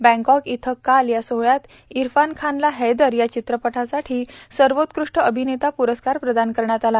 Bangkok इथं काल या सोहळ्यात इरफान खानला हैदर या चित्रपटासाठी सर्वोत्कृष्ट अभिनेता पुरस्कार प्रदान करण्यात आला